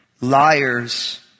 Liars